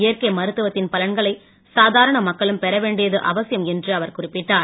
இயற்கை மருத்துவத்தின் பலன்களை சாதாரண மக்களும் பெறவேண்டியது அவசியம் என்று அவர் குறிப்பிட்டார்